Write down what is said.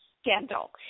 Scandal